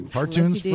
Cartoons